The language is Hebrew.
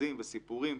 מכרזים וסיפורים,